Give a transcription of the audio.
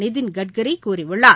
நிதின் கட்கரி கூறியுள்ளார்